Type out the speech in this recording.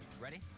Ready